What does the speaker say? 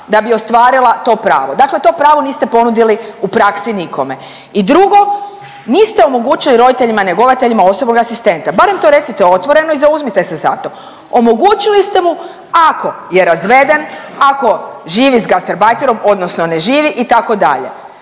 da bi ostvarila to pravo. Dakle, to pravo niste ponudili u praksi nikome. I drugo, niste omogućili roditeljima njegovateljima osobnog asistenta. Barem to recite otvoreno i zauzmite se za to. Omogućili ste mu ako je razveden, ako živi sa gastarbajterom, odnosno ne živi itd. Barem